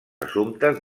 assumptes